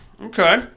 Okay